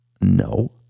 No